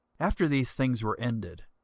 after these things were ended,